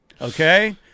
okay